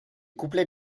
couplets